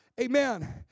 Amen